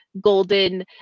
golden